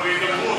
אבל בהידברות,